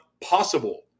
possible